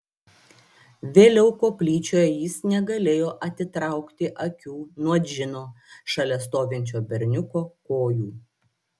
vėliau koplyčioje jis negalėjo atitraukti akių nuo džino šalia stovinčio berniuko kojų